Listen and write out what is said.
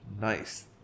nice